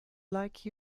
like